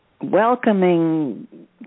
welcoming